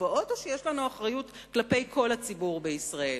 באות או שיש לנו אחריות כלפי כל הציבור בישראל?